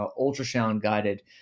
ultrasound-guided